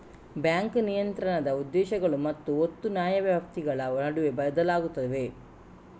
bank ನಿಯಂತ್ರಣದ ಉದ್ದೇಶಗಳು ಮತ್ತು ಒತ್ತು ನ್ಯಾಯವ್ಯಾಪ್ತಿಗಳ ನಡುವೆ ಬದಲಾಗುತ್ತವೆ